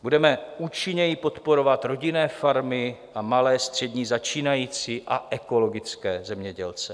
Budeme účinněji podporovat rodinné farmy a malé, střední, začínající a ekologické zemědělce.